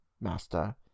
master